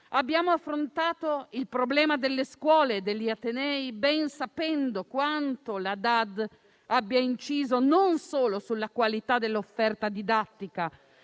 Abbiamo affrontato il problema delle scuole e degli atenei ben sapendo quanto la DAD abbia inciso non solo sulla qualità dell'offerta didattica,